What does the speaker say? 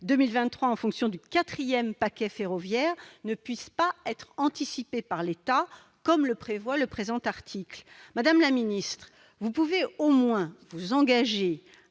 2023 en vertu du quatrième paquet ferroviaire, ne puisse pas être anticipée par l'État, comme le prévoit le présent article. Madame la ministre, vous pouvez au moins vous engager